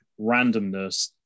randomness